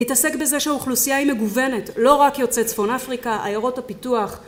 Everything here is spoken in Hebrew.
התעסק בזה שהאוכלוסייה היא מגוונת, לא רק יוצאי צפון אפריקה, עיירות הפיתוח